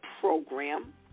Program